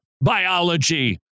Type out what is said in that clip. biology